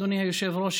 אדוני היושב-ראש,